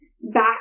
back